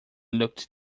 looked